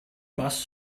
bus